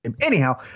Anyhow